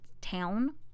town